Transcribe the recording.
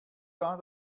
war